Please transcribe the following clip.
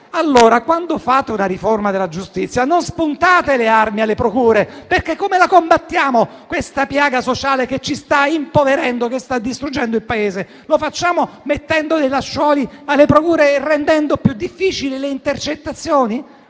all'Italia? Quando fate una riforma della giustizia, non spuntate le armi alle procure. Come la combattiamo questa piaga sociale che ci sta impoverendo e sta distruggendo il Paese? Lo facciamo mettendo dei laccioli alle procure e rendendo più difficili le intercettazioni?